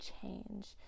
change